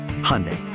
Hyundai